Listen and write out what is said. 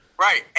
Right